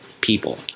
people